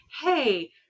hey